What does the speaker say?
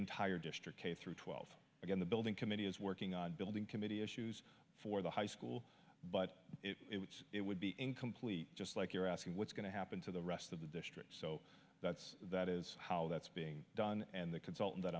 entire district k through twelve again the building committee is working on building committee issues for the high school but it would be incomplete just like you're asking what's going to happen to the rest of the district so that's that is how that's being done and the consultant that